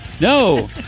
No